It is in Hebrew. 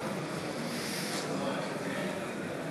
אוחיון,